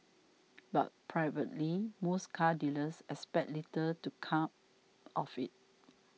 but privately most car dealers expect little to come of it